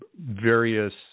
various